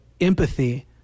empathy